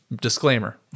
disclaimer